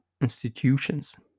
institutions